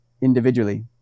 individually